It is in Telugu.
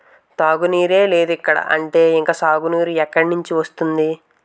తాగునీరే లేదిక్కడ అంటే ఇంక సాగునీరు ఎక్కడినుండి వస్తది?